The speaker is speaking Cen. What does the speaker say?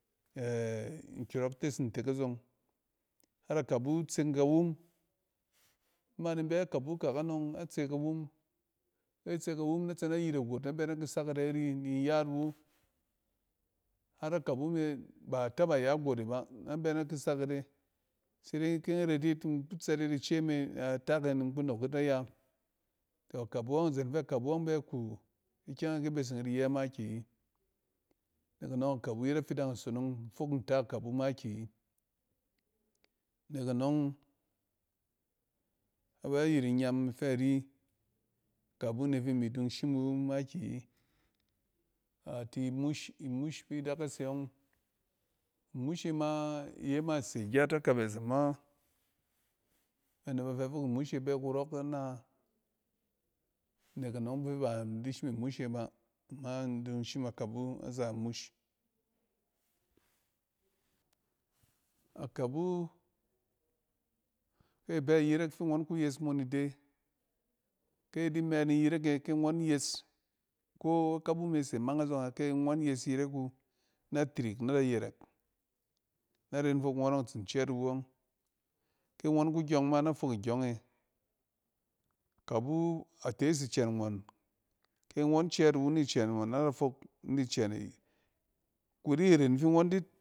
nkyɔrɔk tes ntek azɔng har akabu tseng kawum. Iman in bɛ kabu kɛk anɔng a tse kawum, kɛ atse kawum nɛ tse nɛ yit agot na bɛ na ki sak yife ari ni ngat iwu. Har akabu me ba taba ya got e ba, nɛ bɛ ne ki sak yit e sede kin ret yit in ka tsɛt yit ice me na tak e ninku nɔk yit na ya. Akabu ɔng, izen ɔng fɛ akabu yɔng bɛ ku ikyɛng e ki beseng yit iyɛ makiyi. Nek anɔng akabu yet afidang isonong. In fok nta kabu makiyi. Nek anɔng, bafɛ yit inyam ifɛ ari kabu ne fi mi dun shim iwu makiyi. A ti mush, imush fi idaka se ɔng imush e ma, iye ma se gyat akabɛs ama ba nɛ ba fɛ fok imushe bɛ kurɔk ana. Nek anɔng fɛ ba in di shim imush e ba, ama in dun shim akabu aza imush. Akabu fɛ abɛ iyerek fi ngɔn ku yes mo ni de ke a di mɛ ni yereke, ki ngɔn yes, ko akabu me se a mang azɔng ɛ, ke ngɔn yes iyerek wu, nɛ tirik, nɛ da yɛrɛk, na ren fok ngɔn ɔng itsin cɛɛt niwu ɔng. ke ngɔn ku gyɔng ma na fok igyɔng e. Akabu a tes icɛn ngɔn, ki ngɔn cɛɛt niwu ni cɛn agɔn na da fok ni cɛne kuri ren fi ngɔn di.